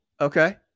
Okay